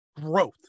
growth